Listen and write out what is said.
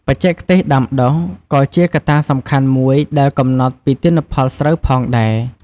បច្ចេកទេសដាំដុះ ក៏ជាកត្តាសំខាន់មួយដែលកំណត់ពីទិន្នផលស្រូវផងដែរ។